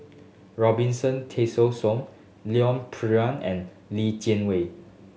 Robinson Leon and Li Jianwei